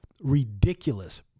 ridiculous